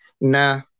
Nah